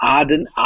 Aden